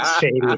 Shady